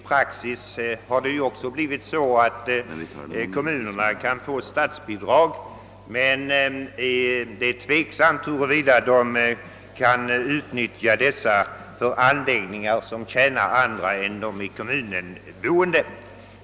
Praxis har ju också blivit att kommunerna kan få statsbidrag, men det är tveksamt huruvida de kan utnyttja bidraget för anläggningar som tjänar andra än de i kommunen boende.